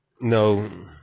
no